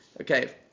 okay